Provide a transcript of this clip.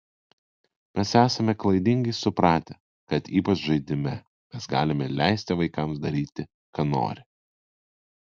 mes esame klaidingai supratę kad ypač žaidime mes galime leisti vaikams daryti ką nori